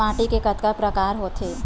माटी के कतका प्रकार होथे?